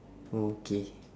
okay